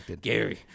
Gary